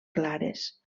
clares